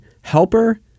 helper